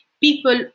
people